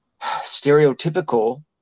stereotypical